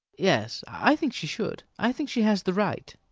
yes, i think she should i think she has the right.